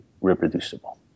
reproducible